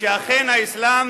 שאכן האסלאם